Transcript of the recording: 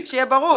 שיהיה ברור.